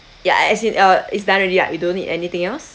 ya as in uh is done already ah you don't need anything else